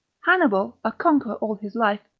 hannibal, a conqueror all his life,